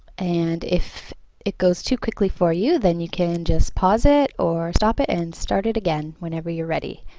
and if it goes too quickly for you then you can just pause it or stop it and start it again whenever you're ready.